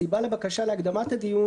הסיבה לבקשה להקדמת הדיון